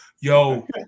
yo